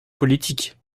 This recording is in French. politique